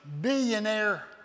billionaire